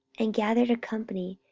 and gathered a company,